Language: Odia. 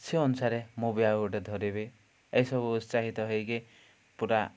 ସେ ଅନୁସାରେ ମୁଁ ବି ଆଉ ଗୋଟେ ଧରିବି ଏଇସବୁ ଉତ୍ସାହିତ ହେଇକି ପୁରା